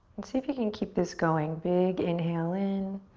and see if you can keep this going, big inhale in.